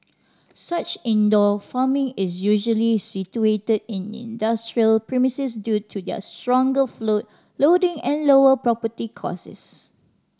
such indoor farming is usually situated in industrial premises due to their stronger floor loading and lower property costs